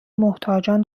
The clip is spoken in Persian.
محتاجان